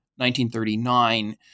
1939